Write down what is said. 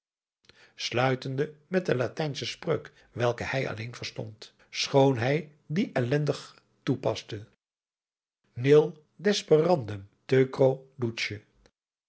sluitende met de latijnsche spreuk welke hij alleen verstond adriaan loosjes pzn het leven van johannes wouter blommesteyn schoon hij die ellendig toepaste nil desperandum teucro